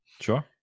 Sure